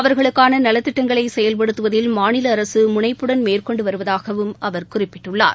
அவர்களுக்கான நலத்திட்டங்களை செயல்படுத்துவதில் மாநில அரசு முனைப்புடன் மேற்கொண்டு வருவதாகவும் அவர் குறிப்பிட்டுள்ளார்